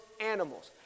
animals